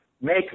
make